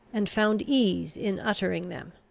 and found ease in uttering them.